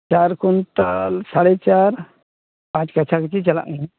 ᱪᱟᱨ ᱠᱩᱭᱤᱱᱴᱟᱞ ᱥᱟᱲᱮ ᱪᱟᱨ ᱯᱟᱸᱪ ᱠᱟᱪᱷᱟ ᱠᱟᱹᱪᱷᱤ ᱪᱟᱞᱟᱜ ᱠᱟᱱᱟ